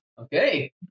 Okay